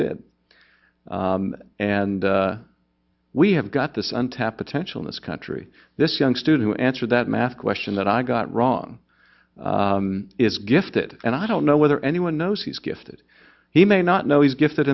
did and we have got this untapped potential in this country this young student who answered that math question that i got wrong is gifted and i don't know whether anyone knows he's gifted he may not know he's gifted